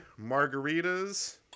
margaritas